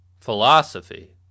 Philosophy